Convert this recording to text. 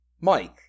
Mike